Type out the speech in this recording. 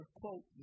quote